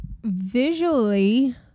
Visually